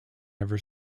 never